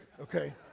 Okay